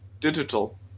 digital